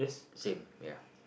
same ya